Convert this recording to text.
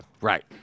Right